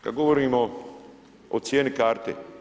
Kad govorimo o cijeni karte.